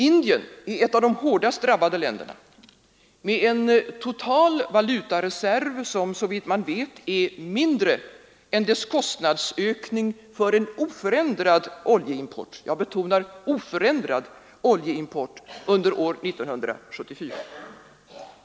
Indien är ett av de hårdast drabbade länderna med en total valutareserv, som såvitt man vet är mindre än dess kostnadsökning för en oförändrad oljeimport under år 1974.